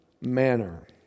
manner